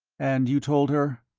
and you told her?